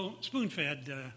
spoon-fed